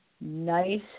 nice